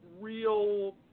real